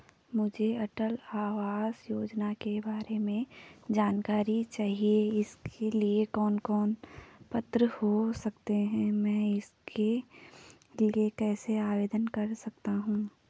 मुझे अटल आवास योजना के बारे में जानकारी चाहिए इसके लिए कौन कौन पात्र हो सकते हैं मैं इसके लिए कैसे आवेदन कर सकता हूँ?